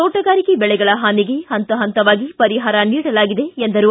ತೋಟಗಾರಿಕೆ ಬೆಳೆಗಳ ಹಾನಿಗೆ ಹಂತ ಹಂತವಾಗಿ ಪರಿಹಾರ ನೀಡಲಾಗಿದೆ ಎಂದರು